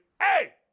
hey